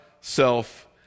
self